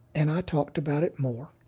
and i talked about it more,